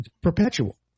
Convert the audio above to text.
perpetual